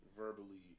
verbally